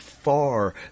Far